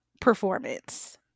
performance